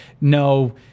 No